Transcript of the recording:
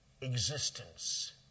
existence